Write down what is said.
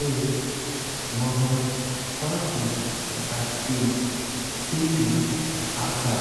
एक महावाची धाकटी सिटी असा।